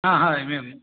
हा हा एवमेवम्